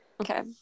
okay